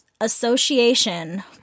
Association